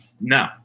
No